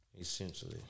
essentially